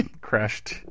crashed